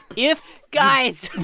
if. guys.